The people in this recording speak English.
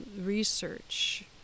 research